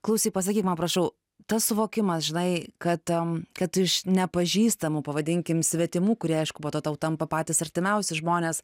klausyk pasakyk man prašau tas suvokimas žinai kad kad iš nepažįstamų pavadinkim svetimų kurie aišku po to tau tampa patys artimiausi žmonės